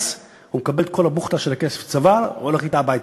הוא מקבל את כל הבוכטה של הכסף שצבר והולך אתה הביתה,